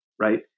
right